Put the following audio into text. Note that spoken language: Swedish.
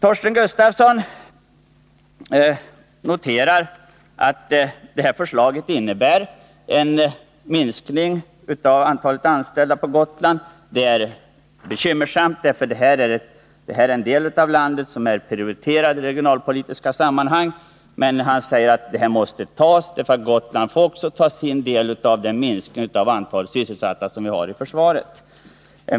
Torsten Gustafsson noterar att propositionens förslag innebär en minsk ning av antalet anställda på Gotland. Det är bekymmersamt, eftersom det gäller en landsdel som är prioriterad i regionala sammanhang. Men han säger att det måste accepteras därför att Gotland får ta sin del av minskningen av antalet sysselsatta i försvaret.